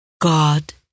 God